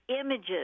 images